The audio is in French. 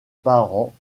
parents